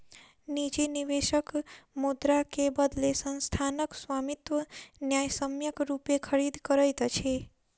निजी निवेशक मुद्रा के बदले संस्थानक स्वामित्व न्यायसम्यक रूपेँ खरीद करैत अछि